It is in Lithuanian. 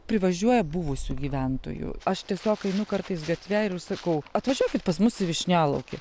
privažiuoja buvusių gyventojų aš tiesiog einu kartais gatve ir sakau atvažiuokit pas mus į vyšnialaukį